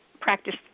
practice